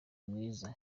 mwiza